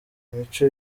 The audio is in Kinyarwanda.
imico